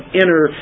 inner